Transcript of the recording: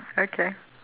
okay